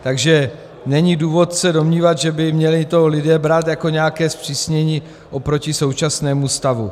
Takže není důvod se domnívat, že by to lidé měli brát jako nějaké zpřísnění oproti současnému stavu.